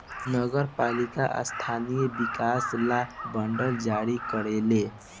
नगर पालिका स्थानीय विकास ला बांड जारी करेले